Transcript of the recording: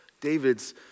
David's